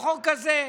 החוק הזה.